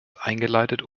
eingeleitet